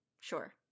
Sure